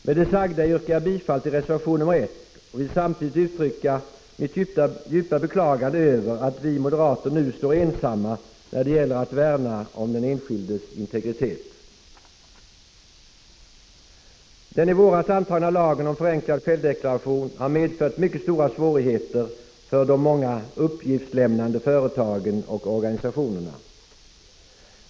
Med det sagda yrkar jag bifall till reservation nr 1, och jag vill samtidigt uttrycka mitt djupa beklagande över att vi moderater nu står ensamma när det gäller att värna den enskildes integritet. Den i våras antagna lagen om förenklad självdeklaration har medfört mycket stora svårigheter för de många uppgiftslämnande företagen och organisationerna.